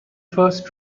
first